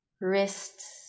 wrists